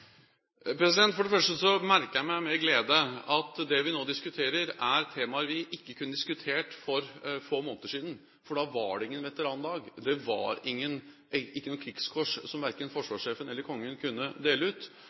For det første merker jeg meg med glede at det vi nå diskuterer, er temaer vi ikke kunne ha diskutert for få måneder siden, for da var det ingen veterandag, det var ikke noe krigskors som verken forsvarssjefen eller kongen kunne dele ut,